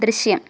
ദൃശ്യം